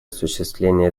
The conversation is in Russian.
осуществления